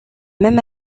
même